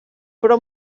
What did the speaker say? però